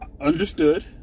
understood